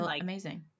Amazing